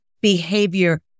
behavior